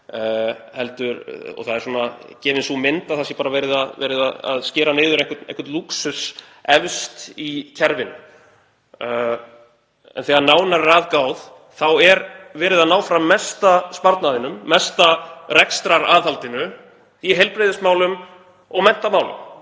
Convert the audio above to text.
Það er gefin sú mynd að það sé bara verið að skera niður einhvern lúxus efst í kerfinu. En þegar nánar er að gáð þá er verið að ná fram mesta sparnaðinum, mesta rekstraraðhaldinu, í heilbrigðismálum og menntamálum.